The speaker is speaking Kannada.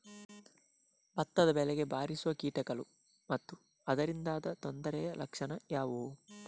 ಭತ್ತದ ಬೆಳೆಗೆ ಬಾರಿಸುವ ಕೀಟಗಳು ಮತ್ತು ಅದರಿಂದಾದ ತೊಂದರೆಯ ಲಕ್ಷಣಗಳು ಯಾವುವು?